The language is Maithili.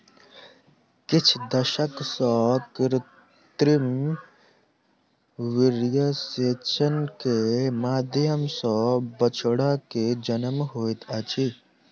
किछ दशक सॅ कृत्रिम वीर्यसेचन के माध्यम सॅ बछड़ा के जन्म होइत अछि